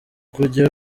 kujya